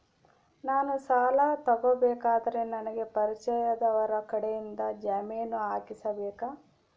ನಾನು ಸಾಲ ತಗೋಬೇಕಾದರೆ ನನಗ ಪರಿಚಯದವರ ಕಡೆಯಿಂದ ಜಾಮೇನು ಹಾಕಿಸಬೇಕಾ?